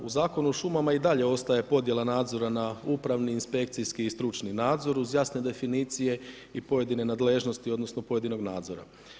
U Zakonu o šumama i dalje ostaje podjela nadzora na upravni, inspekciji i stručni nadzor, uz jasne definicije i pojedine nadležnosti, odnosno, pojedinog nadzora.